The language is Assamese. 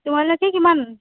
তোমালোকে কিমান